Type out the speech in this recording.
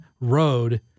road